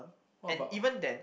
what about